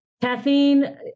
Caffeine